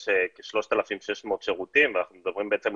יש כ-3,600 שירותים ואנחנו מדברים לא